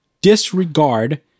disregard